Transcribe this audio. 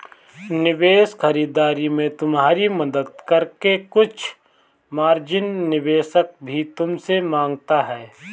निवेश खरीदारी में तुम्हारी मदद करके कुछ मार्जिन निवेशक भी तुमसे माँगता है